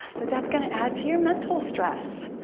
that that's gonna add to your mental stress.